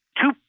two